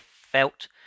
felt